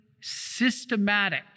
systematic